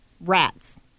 Rats